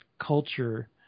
culture